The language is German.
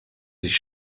sich